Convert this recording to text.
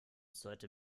sollte